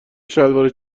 شلوارش